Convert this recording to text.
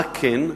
מה כן?